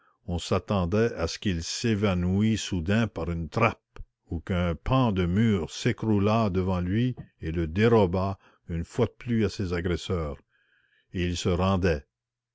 on s'attendait à ce qu'il s'évanouît soudain par une trappe ou qu'un pan de mur s'écroulât devant lui et le dérobât une fois de plus à ses agresseurs et il se rendait